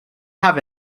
have